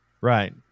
Right